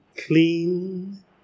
Clean